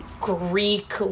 greek